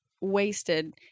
wasted